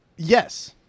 Yes